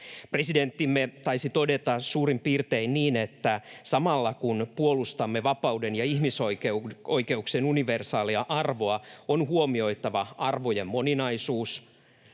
Presidenttimme taisi todeta suurin piirtein niin, että samalla, kun puolustamme vapauden ja ihmisoikeuksien universaaleja arvoja, on huomioitava arvojen moninaisuus,